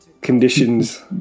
conditions